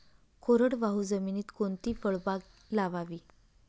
कोरडवाहू जमिनीत कोणती फळबाग लावावी?